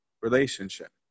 Relationship